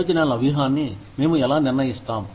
ప్రయోజనాల వ్యూహాన్ని మేము ఎలా నిర్ణయిస్తాం